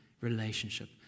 relationship